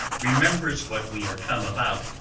remembers what we are come about,